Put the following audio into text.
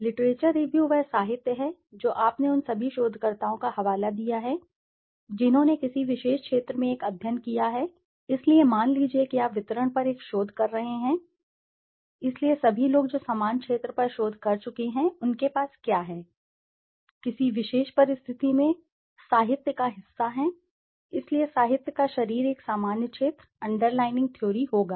literature review वह साहित्य है जो आपने उन सभी शोधकर्ताओं का हवाला दिया है जिन्होंने किसी विशेष क्षेत्र में एक अध्ययन किया है इसलिए मान लीजिए कि आप वितरण पर एक शोध कर रहे हैं इसलिए सभी लोग जो समान क्षेत्र पर शोध कर चुके हैं उनके पास क्या है किसी विशेष परिस्थिति में साहित्य का हिस्सा है इसलिए साहित्य का शरीर एक सामान्य क्षेत्र अंडरलाइंग थ्योरी होगा